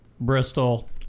Bristol